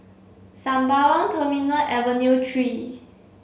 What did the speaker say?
Sembawang Terminal Avenue three